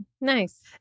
Nice